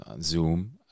zoom